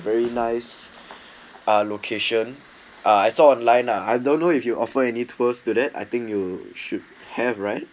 very nice ah location I saw online lah I don't know if you offer any tours to that I think you should have right